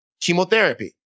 chemotherapy